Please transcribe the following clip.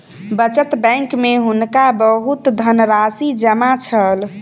बचत बैंक में हुनका बहुत धनराशि जमा छल